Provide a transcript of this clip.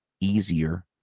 easier